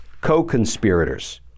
co-conspirators